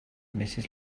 mrs